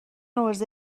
عرضه